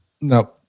No